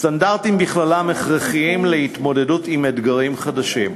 סטנדרטים בכללם הכרחיים להתמודדות עם אתגרים חדשים,